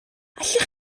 allwch